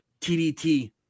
TDT